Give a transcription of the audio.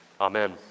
Amen